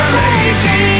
lady